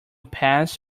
pass